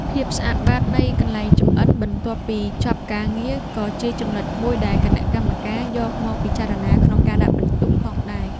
ភាពស្អាតបាតនៃកន្លែងចម្អិនបន្ទាប់ពីចប់ការងារ ក៏ជាចំណុចមួយដែលគណៈកម្មការយកមកពិចារណាក្នុងការដាក់ពិន្ទុផងដែរ។